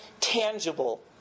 tangible